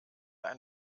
ein